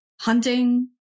hunting